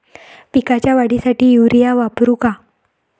पिकाच्या वाढीसाठी युरिया वापरू का?